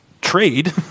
trade